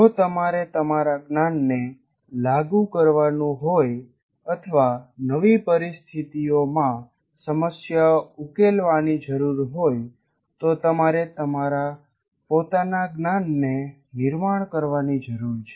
જો તમારે તમારા જ્ઞાનને લાગુ કરવાનું હોય અથવા નવી પરિસ્થિતિઓમાં સમસ્યાઓ ઉકેલવાની જરૂર હોય તો તમારે તમારા પોતાના જ્ઞાનને નિર્માણ કરવાની જરૂર છે